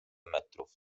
metrów